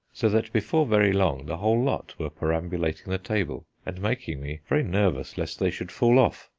so that before very long the whole lot were perambulating the table and making me very nervous lest they should fall off,